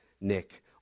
Nick